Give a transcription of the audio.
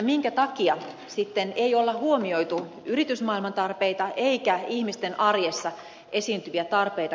minkä takia sitten ei ole huomioitu yritysmaailman tarpeita eikä ihmisten arjessa esiintyviä tarpeita